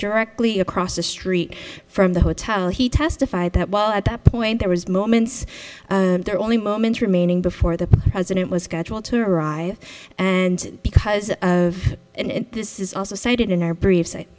directly across the street from the hotel he testified that while at that point there was moments there only moments remaining before the president was scheduled to arrive and because of and this is also cited in our brief si